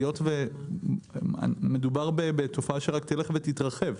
היות ומדובר בתופעה שרק תלך ותתרחב.